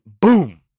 boom